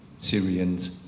Syrians